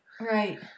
Right